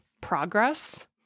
progress